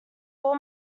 all